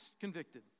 convicted